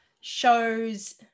shows